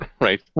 Right